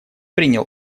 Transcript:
принял